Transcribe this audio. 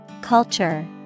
Culture